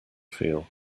feel